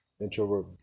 Introvert